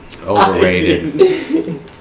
overrated